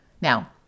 Now